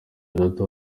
gato